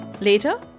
Later